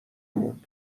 مون